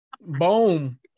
boom